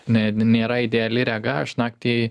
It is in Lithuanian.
ne nėra ideali rega aš naktį